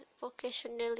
vocational